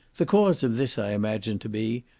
the cause of this, i imagine to be,